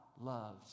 loves